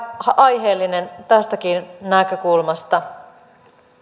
aiheellinen tästäkin näkökulmasta